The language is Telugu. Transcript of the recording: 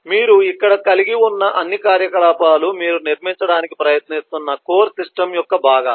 మీరు ఇక్కడ కలిగి ఉన్న అన్ని కార్యకలాపాలు మీరు నిర్మించడానికి ప్రయత్నిస్తున్న కోర్ సిస్టమ్ యొక్క భాగాలు